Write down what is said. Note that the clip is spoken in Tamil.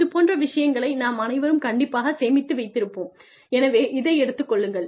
இது போன்ற விஷயங்களை நாம் அனைவரும் கண்டிப்பாக சேமித்து வைத்திருப்போம் எனவே இதை எடுத்துக் கொள்ளுங்கள்